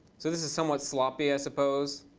so this is somewhat sloppy, i suppose.